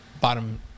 bottom